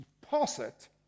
deposit